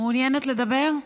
מעוניינת לדבר?